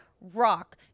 rock